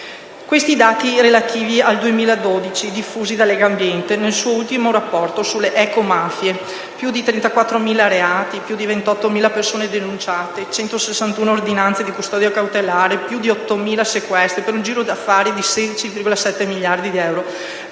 Questi i dati relativi al 2012 diffusi da Legambiente nel suo ultimo rapporto sulle ecomafie: 34.120 reati, 28.132 persone denunciate, 161 ordinanze di custodia cautelare, 8.286 sequestri, per un giro di affari di 16,7 miliardi di euro